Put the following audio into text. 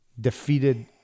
defeated